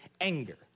anger